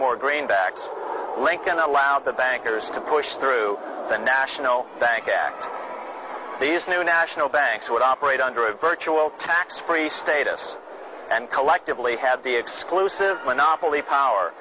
more greenbacks lincoln allowed the bankers to push through the national bank act these new national banks would operate under a virtual tax free status and collectively have the exclusive monopoly power